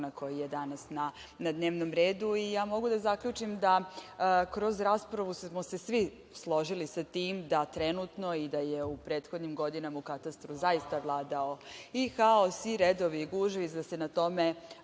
koji je danas na dnevnom redu. Ja mogu da zaključim da smo se kroz raspravu svi složili sa tim da trenutno i da je u prethodnim godinama u katastru zaista vladao i haos i redovi i gužve i da se tome